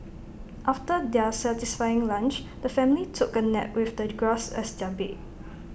after their satisfying lunch the family took A nap with the grass as their bed